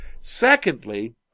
Secondly